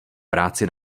práci